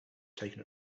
taken